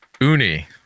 Uni